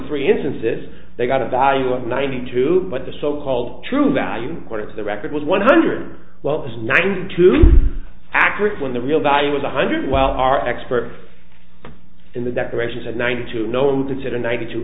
three instances they got a value of ninety two but the so called true value according to the record was one hundred well as ninety two accurate when the real value was a hundred well our experts in the declaration said ninety two no one would consider ninety two